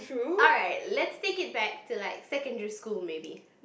alright let's take it back to like secondary school maybe